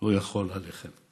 לא יכול עליכן.